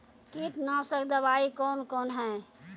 कीटनासक दवाई कौन कौन हैं?